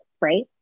right